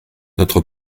notre